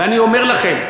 ואני אומר לכם,